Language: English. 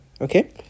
okay